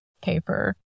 paper